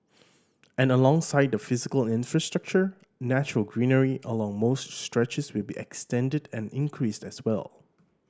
and alongside the physical infrastructure natural greenery along most stretches will be extended and increased as well